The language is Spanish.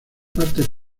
partes